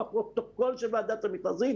בפרוטוקול של ועדת המכרזים,